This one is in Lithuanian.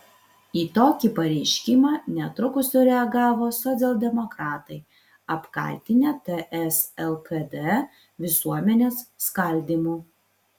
į tokį pareiškimą netrukus sureagavo socialdemokratai apkaltinę ts lkd visuomenės skaldymu